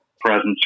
presence